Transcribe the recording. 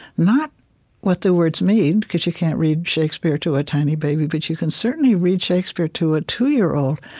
not what the words mean, because you can't read shakespeare to a tiny baby. but you can certainly read shakespeare to a two year old,